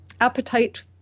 appetite